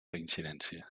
reincidència